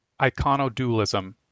Iconodualism